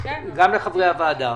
גם לחברי הוועדה,